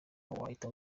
wahita